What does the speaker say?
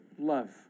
Love